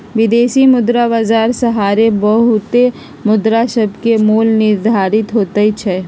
विदेशी मुद्रा बाजार सहारे बहुते मुद्रासभके मोल निर्धारित होतइ छइ